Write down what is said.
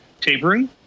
tapering